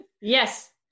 Yes